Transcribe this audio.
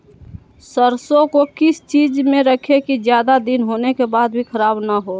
सरसो को किस चीज में रखे की ज्यादा दिन होने के बाद भी ख़राब ना हो?